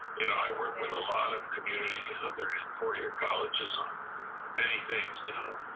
and i work with a lot of community and other four year colleges on many things now,